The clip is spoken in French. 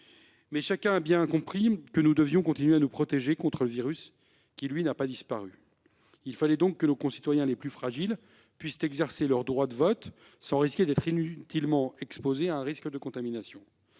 Mais chacun a bien compris que nous devions continuer à nous protéger contre le virus qui, lui, n'a pas disparu. Il fallait donc que nos concitoyens les plus fragiles puissent exercer leur droit de vote sans risquer d'être inutilement exposés à un risque de contamination.